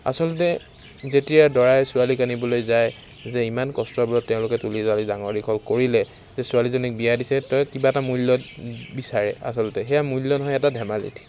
আচলতে যেতিয়া দৰাই ছোৱালীক আনিবলৈ যায় যে ইমান কষ্টৰ বলত তেওঁলোকে তুলি তালি ডাঙৰ দীঘল কৰিলে সেই ছোৱালীজনীক বিয়া দিছে ত' কিবা এটা মূল্য বিচাৰে আচলতে সেয়া মূল্য নহয় এটা ধেমালি